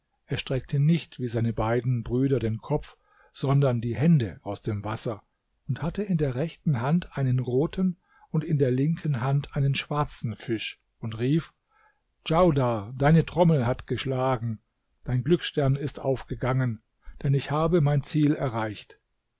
er streckte nicht wie seine beiden brüder den kopf sondern die hände aus dem wasser und hatte in der rechten hand einen roten und in der linken hand einen schwarzen fisch und rief djaudar deine trommel hat geschlagen dein glücksstern ist aufgegangen denn ich habe mein ziel erreicht